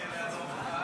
--- בעלי אפיון חילוני.